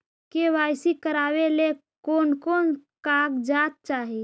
KYC करावे ले कोन कोन कागजात चाही?